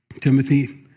Timothy